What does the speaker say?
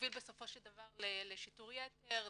שמוביל בסופו של דבר לשיטור יתר,